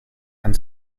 and